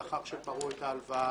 לאחר שפרעו את ההלוואה